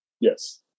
Yes